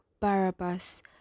Barabbas